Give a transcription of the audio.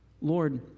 Lord